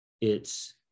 it's-